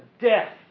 death